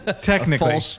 technically